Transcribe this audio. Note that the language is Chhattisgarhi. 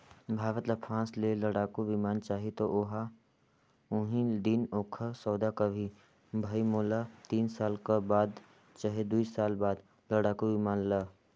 भारत ल फ्रांस ले लड़ाकु बिमान चाहीं त ओहा उहीं दिन ओखर सौदा करहीं भई मोला तीन साल कर बाद चहे दुई साल बाद लड़ाकू बिमान ल